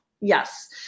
Yes